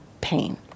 pain